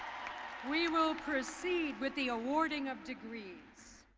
we will proceed with the awarding of degrees.